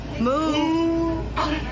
Move